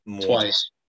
twice